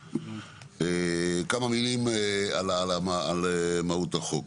כמה מילים על מהות החוק.